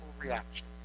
reaction